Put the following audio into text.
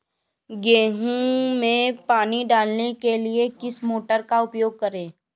गेहूँ में पानी डालने के लिए किस मोटर का उपयोग करें?